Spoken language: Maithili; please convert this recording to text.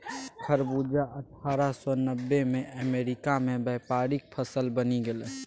खरबूजा अट्ठारह सौ नब्बेमे अमेरिकामे व्यापारिक फसल बनि गेल